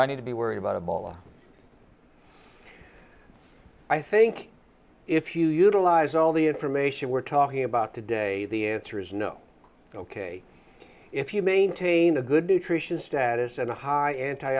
i need to be worried about a bowl of i think if you utilize all the information we're talking about today the answer is no ok if you maintain a good nutritious status and a high anti